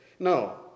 No